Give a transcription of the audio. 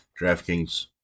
DraftKings